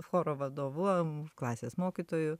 choro vadovu klasės mokytoju